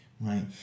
right